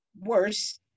worse